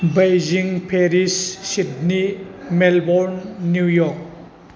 Beijing Paris Sydney Melbourne New York